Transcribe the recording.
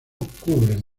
cubren